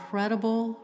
Incredible